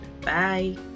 Bye